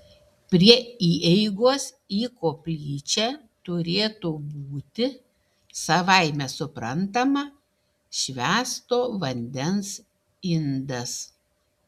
prie įeigos į koplyčią turėtų būti savaime suprantama švęsto vandens indas